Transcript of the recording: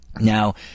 now